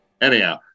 Anyhow